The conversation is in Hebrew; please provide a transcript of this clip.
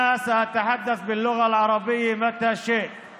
אני אדבר בשפה הערבית מתי שאני רוצה,